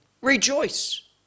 rejoice